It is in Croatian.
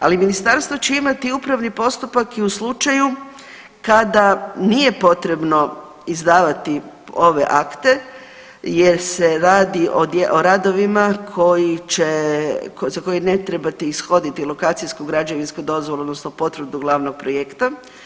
Ali ministarstvo će imati upravni postupak i u slučaju kada nije potrebno izdavati ove akte jer se radi o radovima koji će, za koje ne trebate ishoditi lokacijsku i građevinsku dozvolu odnosno potvrdu glavnog projekta.